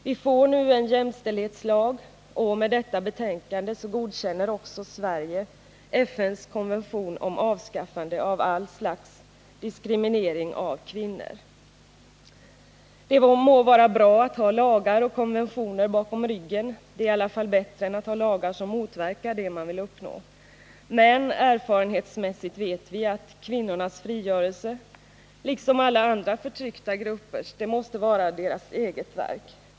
Vi får nu en jämställdhetslag, och med detta betänkande godkänner också Sverige FN:s konvention om avskaffande av allt slags diskriminering av kvinnor. Det må vara bra att ha lagar och konventioner bakom ryggen — det är i alla fall bättre än att ha lagar som motverkar det man vill uppnå. Men erfarenhetsmässigt vet vi att kvinnornas frigörelse, liksom alla andra förtryckta gruppers, måste vara deras eget verk.